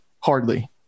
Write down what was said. hardly